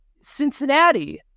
Cincinnati